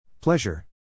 Pleasure